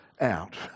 out